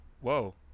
whoa